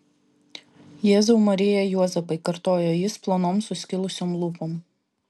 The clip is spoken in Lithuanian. jėzau marija juozapai kartojo jis plonom suskilusiom lūpom